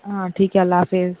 ہاں ٹھیک ہے اللہ حافظ